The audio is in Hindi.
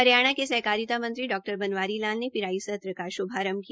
हरियाणा के सहकारिता मंत्री डा बनवारी लाल ने पिराई सत्र का श्भारंभ किया